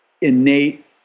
innate